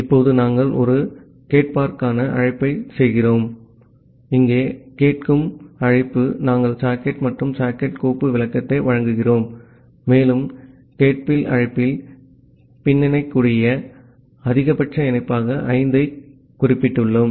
இப்போது நாங்கள் ஒரு கேட்பதற்கான அழைப்பை செய்கிறோம் இங்கே கேட்கும் அழைப்பு நாங்கள் சாக்கெட் மற்றும் சாக்கெட் கோப்பு விளக்கத்தை வழங்குகிறோம் மேலும் கேட்பதில் அழைப்பில் பின்னிணைக்கக்கூடிய அதிகபட்ச இணைப்பாக 5 ஐக் குறிப்பிட்டுள்ளோம்